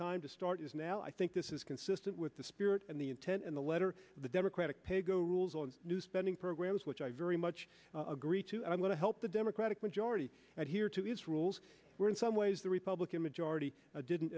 time to start is now i think this is consistent with the spirit and the intent and the letter the democratic paygo rules on new spending programs which i very much agree to i'm going to help the democratic majority and here to these rules were in some ways the republican majority didn't